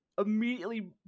immediately